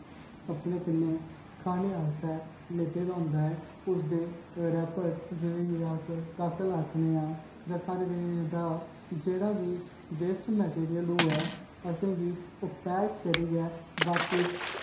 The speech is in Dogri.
अपने कन्नै खानै आस्तै लैते दा होंदा ऐ उसदे कन्नै मेरा पर्स जिनेंगी अस काकल आक्खनै आं जां जेह्ड़ा बी वेस्ट मैटीरियल होऐ ओह् असेंगी पैक करियै बापिस आह्नना चाहिदा